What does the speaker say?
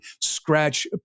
scratch